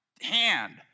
hand